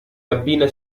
cabina